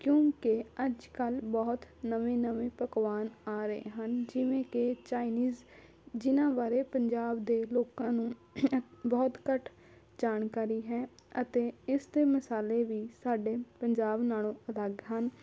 ਕਿਉਂਕਿ ਅੱਜ ਕੱਲ੍ਹ ਬਹੁਤ ਨਵੇਂ ਨਵੇਂ ਪਕਵਾਨ ਆ ਰਹੇ ਹਨ ਜਿਵੇਂ ਕਿ ਚਾਈਨੀਸ ਜਿਨ੍ਹਾਂ ਬਾਰੇ ਪੰਜਾਬ ਦੇ ਲੋਕਾਂ ਨੂੰ ਬਹੁਤ ਘੱਟ ਜਾਣਕਾਰੀ ਹੈ ਅਤੇ ਇਸ ਦੇ ਮਸਾਲੇ ਵੀ ਸਾਡੇ ਪੰਜਾਬ ਨਾਲੋਂ ਅਲੱਗ ਹਨ